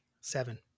Seven